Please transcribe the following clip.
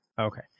Okay